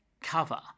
cover